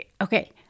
okay